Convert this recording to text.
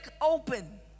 open